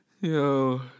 Yo